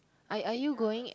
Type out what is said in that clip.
are are you going